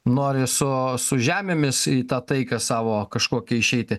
nori su su žemėmis į tą taiką savo kažkokią išeiti